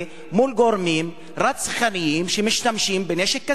מול גורמים רצחניים שמשתמשים בנשק כזה?